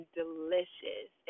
delicious